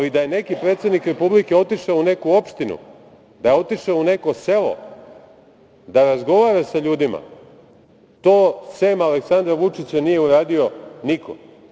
Da je neki predsednik Republike otišao u neku opštinu, da je otišao u neko selo da razgovara sa ljudima, to sem Aleksandra Vučića nije uradio niko.